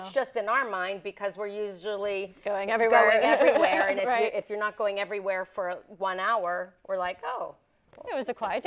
it's just in our mind because we're usually going everywhere everywhere and if you're not going everywhere for one hour we're like oh it was a quiet